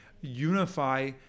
unify